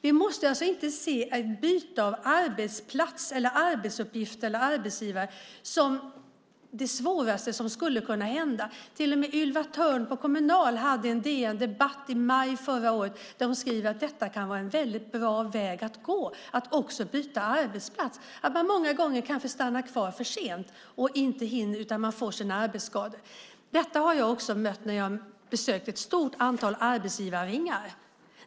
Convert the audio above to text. Vi måste alltså inte se ett byte av arbetsplats, arbetsuppgifter eller arbetsgivare som det svåraste som skulle kunna hända. Till och med Ylva Thörn på Kommunal skrev i en artikel i DN Debatt i maj förra året att det kan vara en bra väg att gå att byta arbetsplats. Många gånger stannar man kanske kvar för länge och får sina arbetsskador. Detta har jag också mött när jag har besökt ett stort antal arbetsgivarringar.